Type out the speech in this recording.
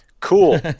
Cool